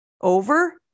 over